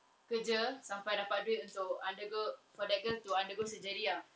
kerja sampai dapat duit untuk undergo for that girl to undergo surgery ah